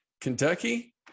Kentucky